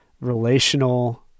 relational